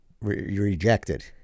rejected